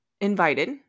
invited